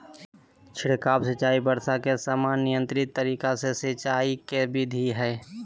छिड़काव सिंचाई वर्षा के समान नियंत्रित तरीका से सिंचाई के विधि हई